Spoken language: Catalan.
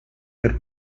per